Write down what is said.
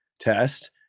test